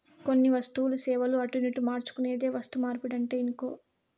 కొన్ని వస్తువులు, సేవలు అటునిటు మార్చుకునేదే వస్తుమార్పిడంటే ఇనుకో